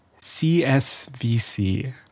CSVC